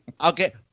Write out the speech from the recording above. Okay